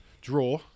draw